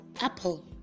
apple